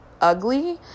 ugly